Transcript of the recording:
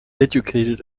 educated